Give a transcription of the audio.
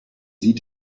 sieht